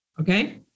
okay